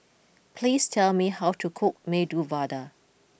please tell me how to cook Medu Vada